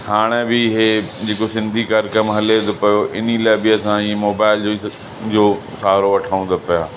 हाणे बि हे जेको सिंधी कार्यक्रम हले थो पयो इन लाइ बि असां जी मोबाइल जो ई त जो सहारो वठणु था पिया